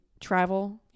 travel